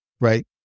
right